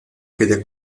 aquella